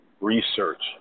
Research